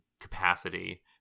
capacity